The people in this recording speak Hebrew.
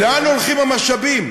לאן הולכים המשאבים?